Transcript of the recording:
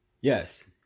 Yes